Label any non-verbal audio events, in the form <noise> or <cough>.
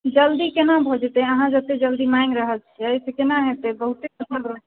जल्दी कोना भऽ जेतै अहाँ जतेक जल्दी माँगि रहल छिए से कोना बहुते <unintelligible>